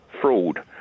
fraud